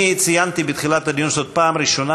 אני ציינתי בתחילת הדיון שזאת הפעם הראשונה